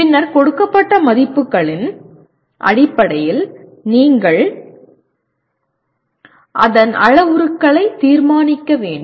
பின்னர் கொடுக்கப்பட்ட மதிப்புகளின் அடிப்படையில் நீங்கள் அதன் அளவுருக்களை தீர்மானிக்க வேண்டும்